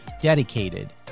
dedicated